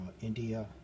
India